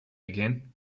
again